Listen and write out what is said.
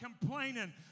complaining